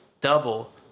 double